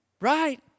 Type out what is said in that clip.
right